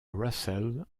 russel